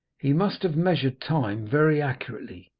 he must have measured time very accurately,